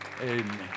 Amen